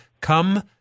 Come